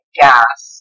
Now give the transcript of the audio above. gas